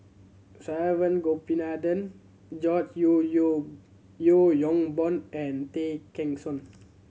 Saravanan Gopinathan George Yeo Yeo Yeo Yong Boon and Tay Kheng Soon